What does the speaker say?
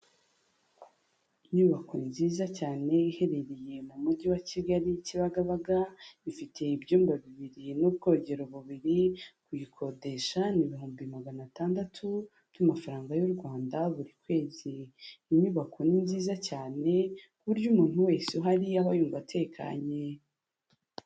Inyubako nziza cyane iherereye mu Mujyi wa kigali kibagabaga, ifite ibyumba bibiri n'ubwogero bubiri, kuyikodesha ni ibihumbi magana atandatu by'amafaranga y'u Rwanda buri kwezi, inyubako ni nziza cyane ku buryo umuntu wese uhari aba yumva atekanye.